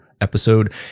episode